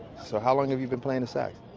so how long you been playing the sax?